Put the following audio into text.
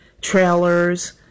trailers